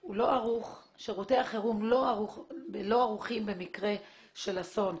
והוא לא ערוך; שירותי החירום לא ערוכים במקרה של אסון.